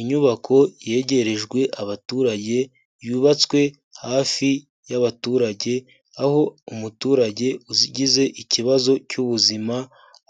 Inyubako yegerejwe abaturage yubatswe hafi y'abaturage, aho umuturage ugize ikibazo cy'ubuzima